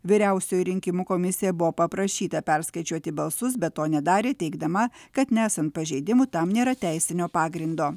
vyriausioji rinkimų komisija buvo paprašyta perskaičiuoti balsus bet to nedarė teigdama kad nesant pažeidimų tam nėra teisinio pagrindo